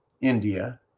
India